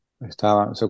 estaban